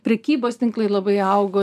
prekybos tinklai labai augo